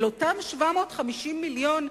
אל אותם 750 מיליון,